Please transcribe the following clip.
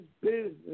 business